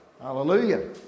Hallelujah